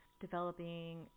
developing